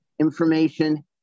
information